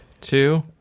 Two